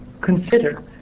Consider